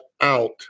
out